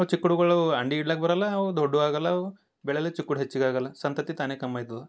ಅವು ಚಿಕ್ಕುಳುಗಳು ಅಂಡಿ ಇಡ್ಲಾಕೆ ಬರಲ್ಲ ಅವು ದೊಡ್ಡುವಾಗಲ್ಲ ಅವು ಬೆಳೆಲ್ಲ ಚಿಕ್ಕುಳು ಹೆಚ್ಚಿಗೆ ಆಗಲ್ಲ ಸಂತತಿ ತಾನೇ ಕಮ್ಮಿ ಆಯ್ತದ